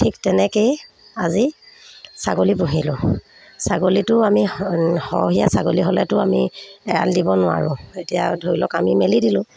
ঠিক তেনেকেই আজি ছাগলী পুহিলোঁ ছাগলীটো আমি স সহীয়া ছাগলী হ'লেতো আমি এৰাল দিব নোৱাৰোঁ এতিয়া ধৰি লওক আমি মেলি দিলোঁ